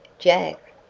jack!